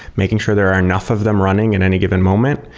making sure there are enough of them running in any given moment.